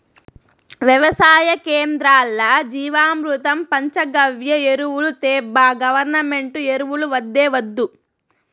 వెవసాయ కేంద్రాల్ల జీవామృతం పంచగవ్య ఎరువులు తేబ్బా గవర్నమెంటు ఎరువులు వద్దే వద్దు